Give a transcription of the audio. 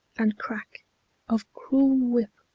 and crack of cruel whip,